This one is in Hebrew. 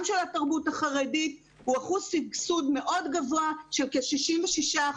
של התרבות החרדית הוא אחוז סבסוד מאוד גבוה של כ-66%,